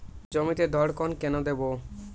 জমিতে ধড়কন কেন দেবো?